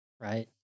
Right